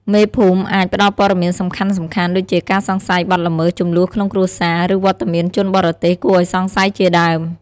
មេភូមិអាច ផ្ដល់ព័ត៌មានសំខាន់ៗ ដូចជាការសង្ស័យបទល្មើស ជម្លោះក្នុងគ្រួសារ ឬវត្តមានជនបរទេសគួរឱ្យសង្ស័យជាដើម។